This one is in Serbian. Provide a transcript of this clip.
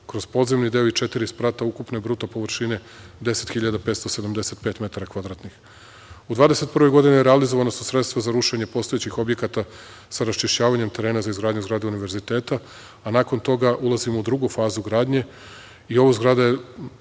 kroz podzemni deo i četiri sprata ukupne bruto površine 10.570 metara kvadratnih.U 2021. godini realizovana su sredstva za rušenje postojećih objekata sa raščišćavanjem terena za izgradnju zgrade Univerziteta, a nakon toga ulazimo u drugu fazu gradnje, na ovu zgradu čekamo